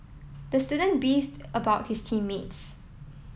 the student beefed about his team mates